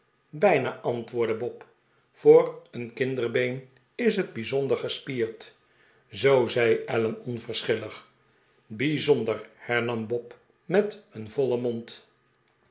bijna antwoordde bob voor een kinderbeen is het bijzonder gespierd zoo zei allen onverschillig bijzonder hernam bob met een vollen mond